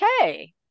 okay